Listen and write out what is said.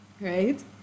right